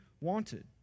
wanted